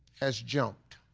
has jumped.